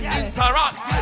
interact